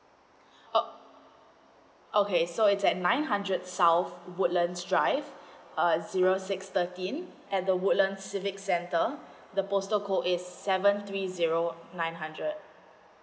oh okay so it's at nine hundred south woodlands drive err zero six thirty at the woodlands civics center the postal code is seven three zero nine hundred